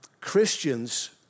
Christians